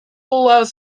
allows